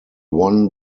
won